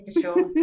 sure